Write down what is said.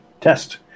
test